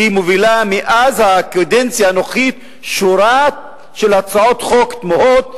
מובילה מאז הקדנציה הנוכחית שורה של הצעות חוק תמוהות,